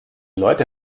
leute